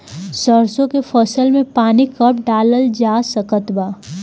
सरसों के फसल में पानी कब डालल जा सकत बा?